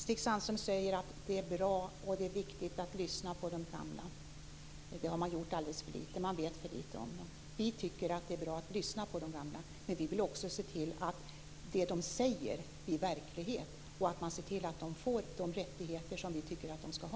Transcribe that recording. Stig Sandström säger att det är bra och viktigt att lyssna på de gamla, att man har gjort det alldeles för litet och att man vet för litet om dem. Vi tycker att det är bra att lyssna på de gamla, men vi vill också se till att det de säger blir verklighet och att de får de rättigheter som vi tycker att de skall ha.